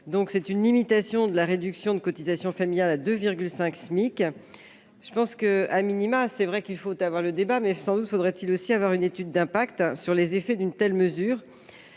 donc c'est une limitation de la réduction de cotisations familiales à 2 5 SMIC je pense que a minima, c'est vrai qu'il faut avoir le débat mais sans doute faudrait-il aussi avoir une étude d'impact sur les effets d'une telle mesure,